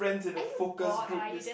are you bored are you just